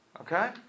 Okay